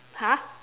!huh!